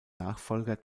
nachfolger